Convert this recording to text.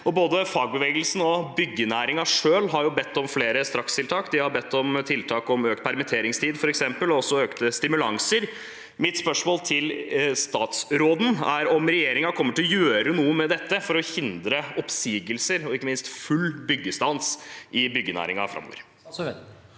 Både fagbevegelsen og byggenæringen selv har bedt om flere strakstiltak. De har bedt om tiltak som økt permitteringstid, f.eks., og også økte stimulanser. Mitt spørsmål til statsråden er om regjeringen kommer til å gjøre noe med dette for å hindre oppsigelser og ikke minst full byggestans i byggenæringen framover.